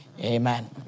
Amen